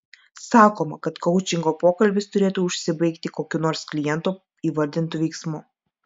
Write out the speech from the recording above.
sakoma kad koučingo pokalbis turėtų užsibaigti kokiu nors kliento įvardintu veiksmu